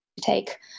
take